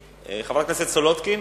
סולודקין,